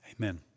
Amen